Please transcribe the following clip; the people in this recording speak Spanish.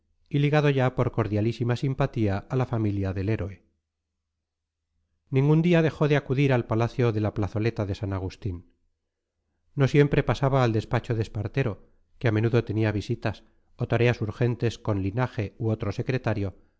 y ligado ya por cordialísima simpatía a la familia del héroe ningún día dejó de acudir al palacio de la plazoleta de san agustín no siempre pasaba al despacho de espartero que a menudo tenía visitas o tareas urgentes con linaje u otro secretario